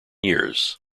years